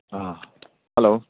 hello